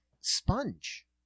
sponge